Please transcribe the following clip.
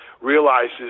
realizes